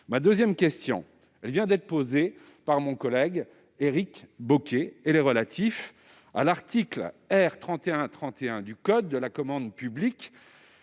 Ma deuxième question vient d'être posée par mon collègue Éric Bocquet. Elle est relative à l'article L. 3131-5 du code de la commande publique